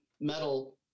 metal